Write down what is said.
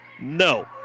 no